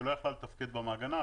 שלא יכלה לתפקד במעגנה.